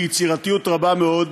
ביצירתיות רבה מאוד.